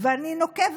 זה עצוב.